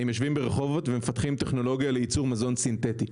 הם יושבים ברחובות ומפתחים טכנולוגיה לייצור מזון סינטטי.